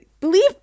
believe